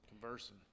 Conversing